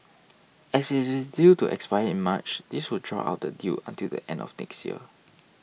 as it is due to expire in March this would draw out the deal until the end of next year